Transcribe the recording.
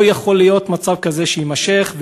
לא יכול להיות שמצב כזה יימשך.